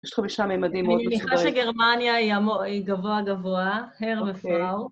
יש חמישה מימדים מאוד מסודרים. אני מניחה שגרמניה היא המו... היא גבוה גבוה... אוקיי... הר מפואר.